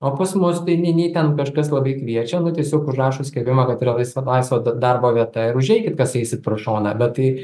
o pas mus tai nei nei ten kažkas labai kviečiama nu tiesiog rašo skelbimą kad yra laisva laisva darbo vieta ir užeikit kas eisit pro šoną bet tai